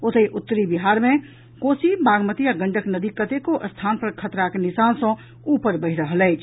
ओतहि उत्तरी बिहार मे कोसी बागमती आ गंडक नदी कतेको स्थान पर खतराक निशान सँ ऊपर बहि रहल अछि